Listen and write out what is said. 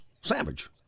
Savage